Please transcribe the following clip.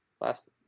Last